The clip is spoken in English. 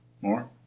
More